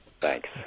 Thanks